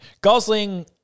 Gosling